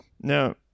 Now